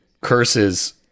curses